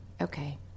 Okay